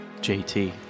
JT